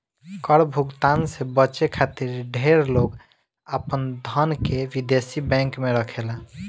कर भुगतान से बचे खातिर ढेर लोग आपन धन के विदेशी बैंक में रखेला